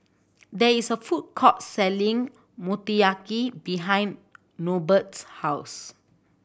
there is a food court selling Motoyaki behind Norbert's house